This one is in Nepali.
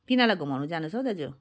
तिनीहरूलाई घुमाउनु जानु छ हौ दाजु